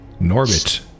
Norbit